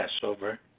Passover